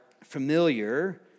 familiar